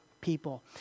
people